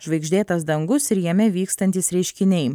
žvaigždėtas dangus ir jame vykstantys reiškiniai